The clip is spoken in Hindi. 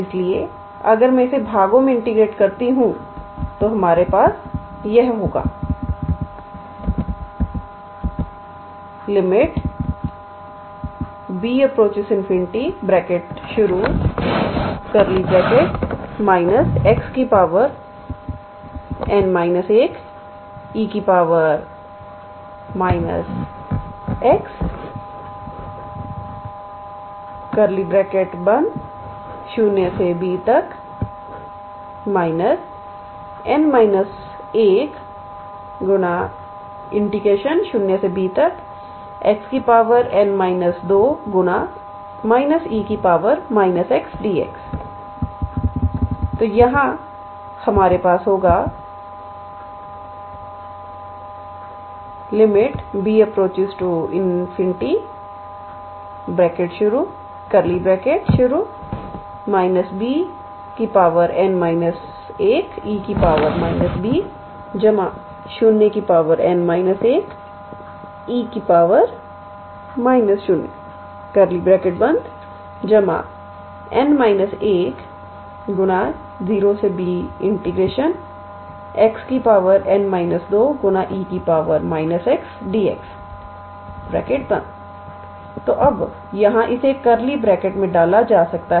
इसलिए अगर मैं इसे भागों मैं इंटीग्रेट करती हूं तो हमारे पास यह होगा B∞ −𝑥 𝑛−1𝑒 −𝑥0 𝐵 − 𝑛 − 1 0B 𝑥 𝑛−2 −𝑒 −𝑥 𝑑𝑥 तो यहाँ हमारे पास होगा B∞ −𝐵 𝑛−1𝑒 −𝐵 0 𝑛−1𝑒 −0 𝑛 − 1 0B 𝑥 𝑛−2𝑒 −𝑥𝑑𝑥 तो अब यहाँ इसे एक करली ब्रैकेट में डाला जा सकता है